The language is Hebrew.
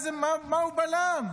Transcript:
מה הוא בלם?